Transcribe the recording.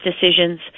decisions